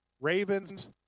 Ravens